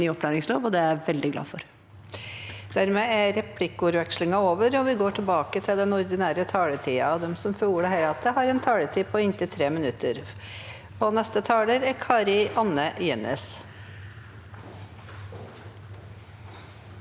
Det er jeg veldig glad for.